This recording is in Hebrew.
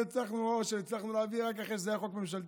והצלחנו להביא רק אחרי שזה היה חוק ממשלתי,